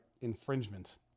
infringement